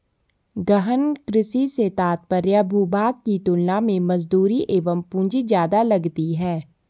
गहन कृषि से तात्पर्य भूभाग की तुलना में मजदूरी एवं पूंजी ज्यादा लगती है